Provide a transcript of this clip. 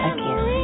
Again